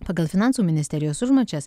pagal finansų ministerijos užmačias